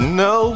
no